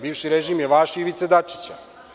Bivši režim je vaš Ivice Dačića.